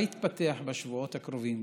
מה יתפתח בשבועות הקרובים,